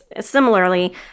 similarly